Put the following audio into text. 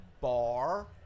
bar